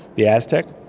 the aztec,